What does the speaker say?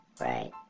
right